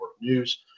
news